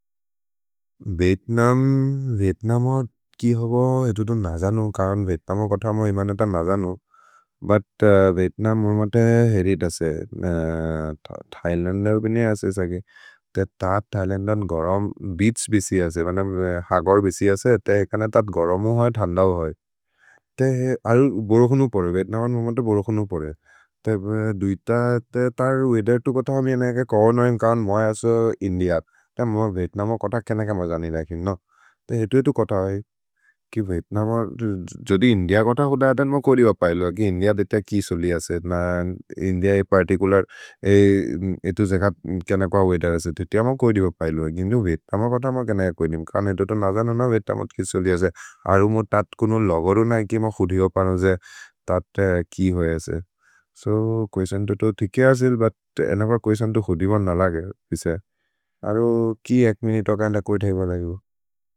विएत्नम्, विएत्नमोद् कि होबो, एतु दु न जनु, कौन् विएत्नमोद् कोथ, म हिमन त न जनु। भुत् विएत्नम्, म मते हेरित् असे। थैलन्द बिने असे सगे। ते तत् थैलन्द गरम्, बेअछ् बिसि असे, मन हगर् बिसि असे। ते एकने तत् गरमु होइ, थन्दौ होइ। ते अल् बोरोकुनु पोरे, विएत्नमोद् म मते बोरोकुनु पोरे। ते दुइत, ते तर् वेअथेर् तु कोथ, म इएनेके कौन् ओइम्, कौन् मोइ असो इन्दिअद्। त म विएत्नमोद् कोथ केनक म जनि रकिम्, नो। ते हेतु एतु कोथ ओइम्, कि विएत्नमोद्। जोदि इन्दिअ कोथ होद अतन्, म कोरिब पैलुअ। कि इन्दिअ देत कि सोलि असे, न इन्दिअ ये पर्तिचुलर्, एतु जेख केनक वेअथेर् असे, देत म कोरिब पैलुअ। गिन्जु विएत्नमोद् कोथ म केनक कोरिम्। कौन् हेतु तो न जनु न विएत्नमोद् कि सोलि असे। अरु मोइ तत् कुनु लगरु नै कि म हुधि होपनो जे, तत् ते कि होइ असे। सो, क्वेस्तिओन् तो तो थिके असिल्, बुत् एनपर् क्वेस्तिओन् तो हुधिबन् न लगे बिसे। अरु कि एक् मिनुते ओकन्द कोइ थिब नगेबो।